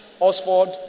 Oxford